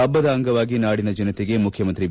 ಪಬ್ಬದ ಅಂಗವಾಗಿ ನಾಡಿನ ಜನತೆಗೆ ಮುಖ್ಯಮಂತ್ರಿ ಬಿ